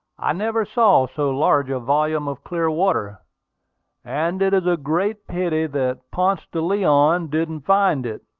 i never saw so large a volume of clear water and it is a great pity that ponce de leon didn't find it,